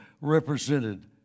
represented